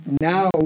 now